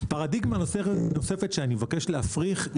פרדיגמה נוספת שאני מבקש להפריך,